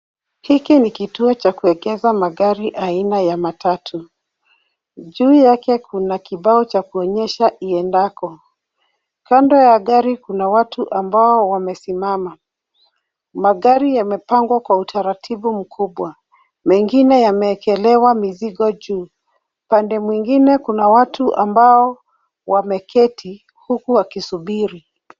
Hiki ni kituo cha kuegeza magari aina ya matatu. Juu yake una kibao cha kuonyesha iendako. Kando ya gari kuna watu amabo wamesimama. Magari yamepangwa kwa utaratibu mkubwa. Mengine yamewekelewa mizigo juu. Upande mwingine kuna watu ambao wameketi huku wakisubiri.